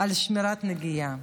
על שמירת נגיעה.